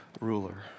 ruler